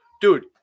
dude